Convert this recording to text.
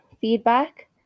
feedback